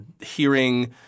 hearing